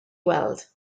weld